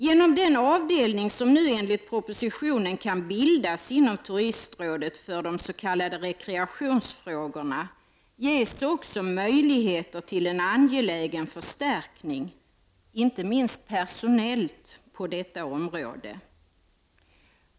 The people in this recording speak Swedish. Med hjälp av den avdelning som nu enligt propositionen kan bildas inom Turistrådet för de s.k. rekreationsfrågorna, ges också möjligheter till en angelägen förstärkning, inte minst personellt, på detta område.